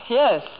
yes